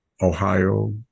Ohio